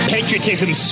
Patriotism